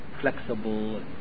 flexible